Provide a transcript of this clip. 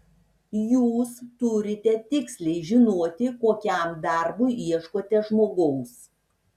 jūs turite tiksliai žinoti kokiam darbui ieškote žmogaus